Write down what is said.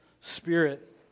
spirit